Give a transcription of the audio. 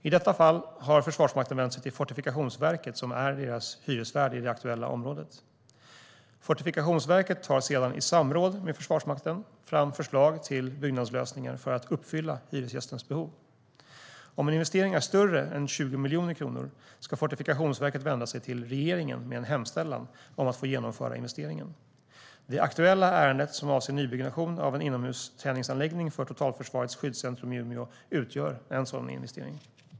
I detta fall har Försvarsmakten vänt sig till Fortifikationsverket, som är deras hyresvärd i det aktuella området. Fortifikationsverket tar sedan, i samråd med Försvarsmakten, fram förslag till byggnadslösningar för att uppfylla hyresgästens behov. Om en investering är större än 20 miljoner kronor ska Fortifikationsverket vända sig till regeringen med en hemställan om att få genomföra investeringen. Det aktuella ärendet, som avser nybyggnation av en inomhusträningsanläggning för Totalförsvarets skyddscentrum i Umeå, utgör en sådan investering.